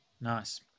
Nice